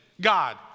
God